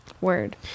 Word